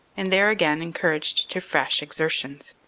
and there again encouraged to fresh exertions.